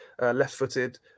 left-footed